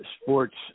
sports